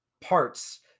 parts